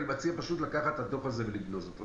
אני מציע פשוט לקחת את הדוח הזה ולגנוז אותו.